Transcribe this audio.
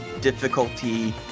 difficulty